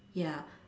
ya